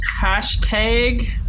Hashtag